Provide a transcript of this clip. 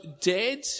dead